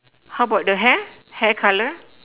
how about the hair hair color